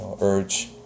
urge